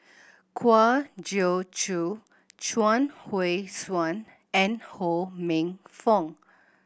Kwa Geok Choo Chuang Hui Tsuan and Ho Minfong